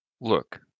Look